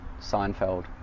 Seinfeld